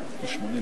נתקבלה.